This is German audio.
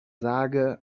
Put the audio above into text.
sage